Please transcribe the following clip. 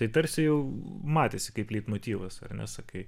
tai tarsi jau matėsi kaip leitmotyvas ar ne sakai